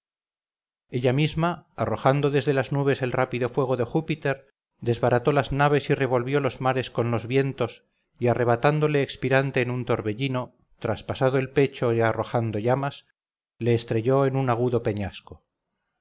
ella misma arrojando desde las nubes el rápido fuego de júpiter desbarató las naves y revolvió los mares con los vientos y arrebatándole expirante en un torbellino traspasado el pecho y arrojando llamas le estrelló en un agudo peñasco